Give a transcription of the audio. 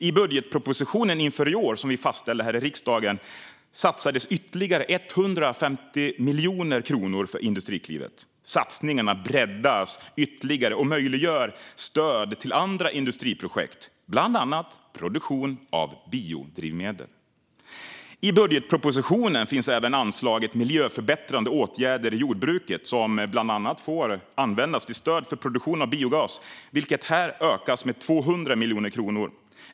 I budgetpropositionen inför detta år fastställde vi här i riksdagen ytterligare 150 miljoner kronor för Industriklivet. Satsningarna breddas ytterligare och möjliggör stöd till andra industriprojekt, bland annat produktion av biodrivmedel. I budgetpropositionen finns även anslaget Miljöförbättrande åtgärder i jordbruket, som bland annat får användas till stöd för produktion av biogas och som här ökas med 200 miljoner kronor.